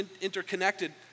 interconnected